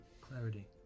Clarity